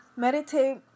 Meditate